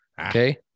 Okay